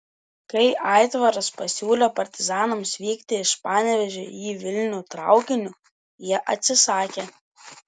kai aitvaras pasiūlė partizanams vykti iš panevėžio į vilnių traukiniu jie atsisakė